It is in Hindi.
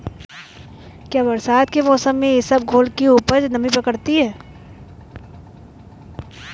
क्या बरसात के मौसम में इसबगोल की उपज नमी पकड़ती है?